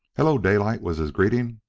hello, daylight! was his greeting.